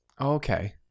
okay